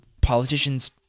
politicians